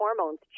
hormones